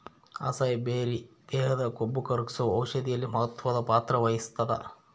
acai berry ದೇಹದ ಕೊಬ್ಬುಕರಗ್ಸೋ ಔಷಧಿಯಲ್ಲಿ ಮಹತ್ವದ ಪಾತ್ರ ವಹಿಸ್ತಾದ